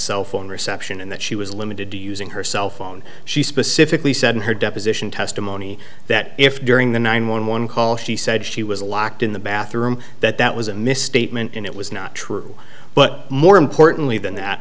cell phone reception and that she was limited to using her cell phone she specifically said in her deposition testimony that if during the nine one one call she said she was locked in the bathroom that that was a misstatement and it was not true but more importantly than that